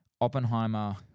Oppenheimer